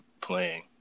playing